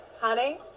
Honey